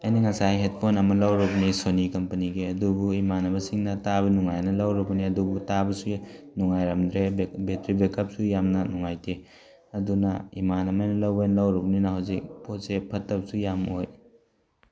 ꯑꯩꯅ ꯉꯁꯥꯏ ꯍꯦꯠꯐꯣꯟ ꯑꯃ ꯂꯧꯔꯝꯃꯤ ꯁꯣꯅꯤ ꯀꯝꯄꯅꯤꯒꯤ ꯑꯗꯨꯕꯨ ꯏꯃꯥꯅꯕꯁꯤꯡꯅ ꯇꯥꯕ ꯅꯨꯡꯉꯥꯏꯑꯅ ꯂꯧꯔꯨꯕꯅꯦ ꯑꯗꯨꯕꯨ ꯇꯥꯕꯁꯨ ꯅꯨꯡꯉꯥꯏꯔꯝꯗ꯭ꯔꯦ ꯕꯦꯠꯇ꯭ꯔꯤ ꯕꯦꯛ ꯎꯞꯁꯨ ꯌꯥꯝꯅ ꯅꯨꯡꯉꯥꯏꯇꯦ ꯑꯗꯨꯅ ꯏꯃꯥꯟꯅꯕꯅ ꯂꯧ ꯍꯥꯏꯅ ꯂꯧꯔꯨꯕꯅꯤꯅ ꯍꯧꯖꯤꯛ ꯄꯣꯠꯁꯦ ꯐꯠꯇꯕꯁꯨ ꯌꯥꯝ ꯑꯣꯏ